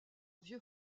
vieux